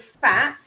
fat